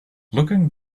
looking